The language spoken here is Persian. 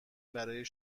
برای